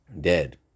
dead